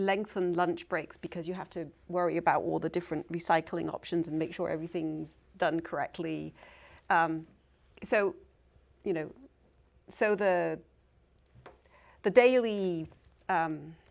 lengthen lunch breaks because you have to worry about what the different recycling options and make sure everything's done correctly so you know so the the daily